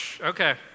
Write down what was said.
Okay